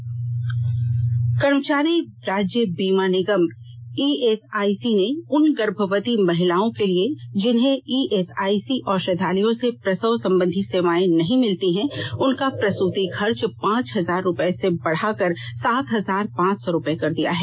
ESIC कर्मचारी राज्य बीमा निगम ईएसआईसी ने उन गर्भवती महिलाओं के लिए जिन्हें ईएसआईसी औषधालयों से प्रसव संबंधी सेवाएं नहीं मिलती हैं उनका प्रसूति खर्च पाँच हजार रूपये से बढ़ाकर सात हजार पांच सौ रुपए कर दिया है